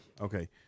Okay